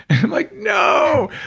i'm like, no.